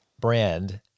brand